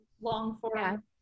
long-form